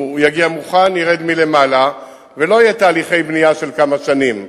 הוא יגיע מוכן וירד מלמעלה ולא יהיו תהליכי בנייה של כמה שנים.